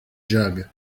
jug